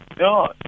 No